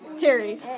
Harry